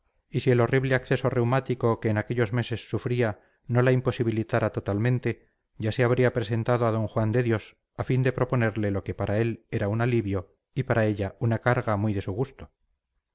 y si el horrible acceso reumático que en aquellos meses sufría no la imposibilitara totalmente ya se habría presentado a d juan de dios a fin de proponerle lo que para él era un alivio y para ella una carga muy de su gusto